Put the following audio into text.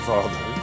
Father